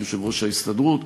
יושב-ראש ההסתדרות,